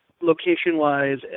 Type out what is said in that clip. location-wise